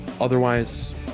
Otherwise